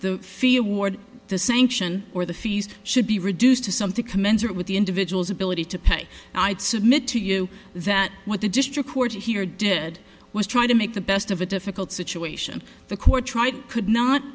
the fear ward the sanction or the fees should be reduced to something commensurate with the individual's ability to pay and i'd submit to you that what the district court here did was try to make the best of a difficult situation the cortright could not